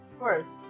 first